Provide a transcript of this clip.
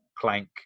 plank